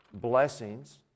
blessings